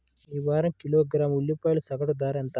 ఈ వారం కిలోగ్రాము ఉల్లిపాయల సగటు ధర ఎంత?